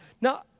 Now